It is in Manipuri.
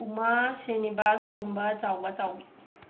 ꯎꯃꯥ ꯁ꯭ꯔꯤꯅꯤꯕꯥꯁ ꯇꯣꯝꯕ ꯆꯥꯎꯕ ꯆꯥꯎꯕꯤ